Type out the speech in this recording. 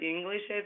English